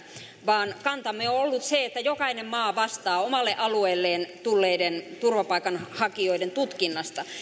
vaan kantamme on ollut se että jokainen maa vastaa omalle alueelleen tulleiden turvapaikanhakijoiden tutkinnasta